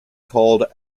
called